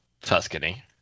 Tuscany